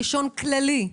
כללי,